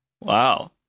Wow